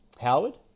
Howard